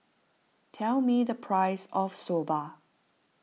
tell me the price of Soba